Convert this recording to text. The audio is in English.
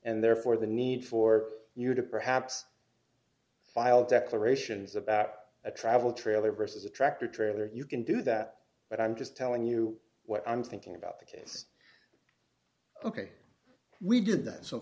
and therefore the need for you to perhaps file declarations about a travel trailer versus a tractor trailer you can do that but i'm just telling you d what i'm thinking about the case ok we did that so